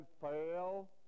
fail